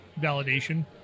validation